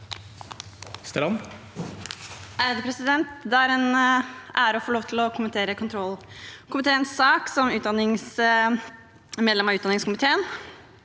Det er en ære å få lov til å kommentere kontrollkomiteens sak som medlem av utdanningskomiteen.